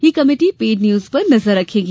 यह committee paid news पर नजर रखेगी